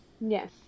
Yes